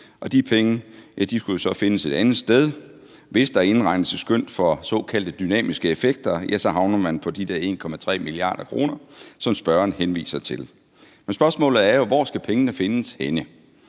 og de penge skulle jo så findes et andet sted. Hvis der indregnes et skøn for såkaldte dynamiske effekter, ja, så havner man på de der 1,3 mia. kr., som spørgeren henviser til. Men spørgsmålet er jo, hvor pengene skal findes henne,